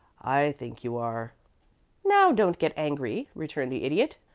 i think you are now don't get angry, returned the idiot.